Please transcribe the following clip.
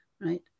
right